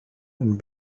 and